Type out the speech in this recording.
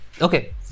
Okay